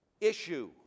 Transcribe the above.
issue